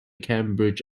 cambridge